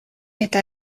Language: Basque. eta